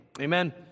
Amen